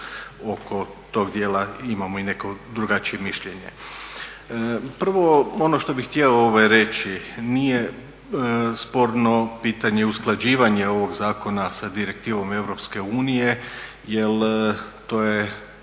oko tog dijela imamo i neko drugačije mišljenje. Prvo ono što bih htio reći, nije sporno pitanje usklađivanje ovog zakona sa direktivom Europske unije jer to je